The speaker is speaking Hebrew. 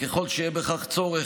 ככל שיהיה בכך צורך,